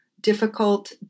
difficult